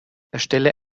erstelle